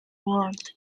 world